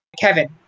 Kevin